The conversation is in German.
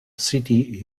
city